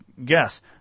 Guess